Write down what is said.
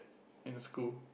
in school